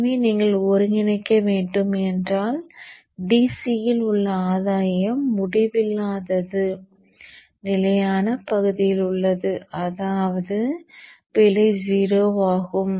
எனவே நீங்கள் ஒருங்கிணைக்க வேண்டும் என்றால் DC இல் உள்ள ஆதாயம் முடிவில்லாதது நிலையான பகுதியில் உள்ளது அதாவது பிழை 0 ஆகும்